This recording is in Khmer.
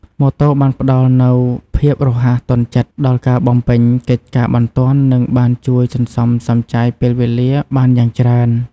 ម៉ូតូបានផ្តល់នូវភាពរហ័សទាន់ចិត្តដល់ការបំពេញកិច្ចការបន្ទាន់និងបានជួយសន្សំសំចៃពេលវេលាបានយ៉ាងច្រើន។